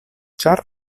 ĉar